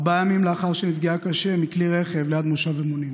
ארבעה ימים לאחר שנפגעה קשה מכלי רכב ליד מושב אמונים.